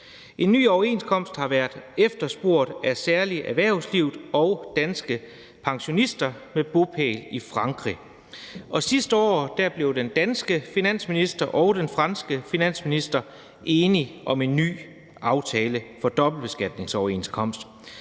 En ny overenskomst har været efterspurgt af særlig erhvervslivet og danske pensionister med bopæl i Frankrig. Sidste år blev den danske finansminister og den franske finansminister enige om en ny aftale for dobbeltbeskatningsoverenskomst.